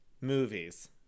Movies